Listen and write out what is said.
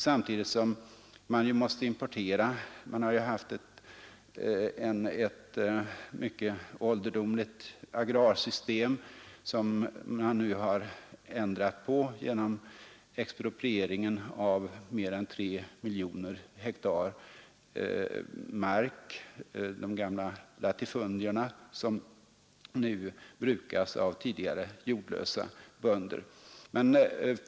Samtidigt måste man importera stora mängder livsmedel — man har ju haft ett mycket ålderdomligt agrarsystem som man nu har ändrat på genom exproprieringen av mer än 3 miljoner hektar mark, de gamla latifundierna som nu brukas av tidigare jordlösa bönder.